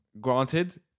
granted